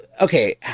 Okay